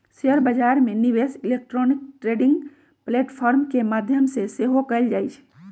share बजार में निवेश इलेक्ट्रॉनिक ट्रेडिंग प्लेटफॉर्म के माध्यम से सेहो कएल जाइ छइ